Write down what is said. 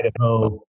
Idaho